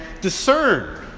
discern